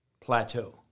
plateau